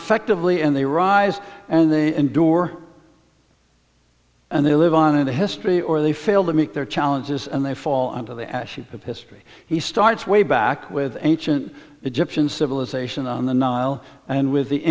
effectively and they rise and they endure and they live on into history or they fail to meet their challenges and they fall into the ashes of history he starts way back with ancient egyptian civilization on the nile and with the